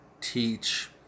teach